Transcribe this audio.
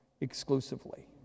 exclusively